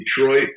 Detroit